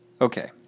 Okay